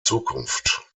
zukunft